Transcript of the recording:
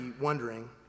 wondering